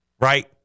right